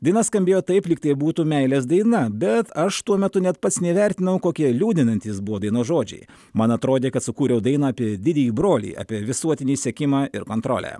daina skambėjo taip lyg tai būtų meilės daina bet aš tuo metu net pats neįvertinau kokie liūdinantys buvo dainos žodžiai man atrodė kad sukūriau dainą apie didįjį brolį apie visuotinį sekimą ir kontrolę